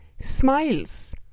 smiles